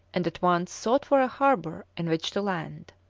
and at once sought for a harbour in which to land.